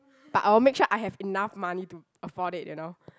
but I will make sure I have enough money to afford it you know